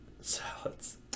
salads